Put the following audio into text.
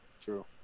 True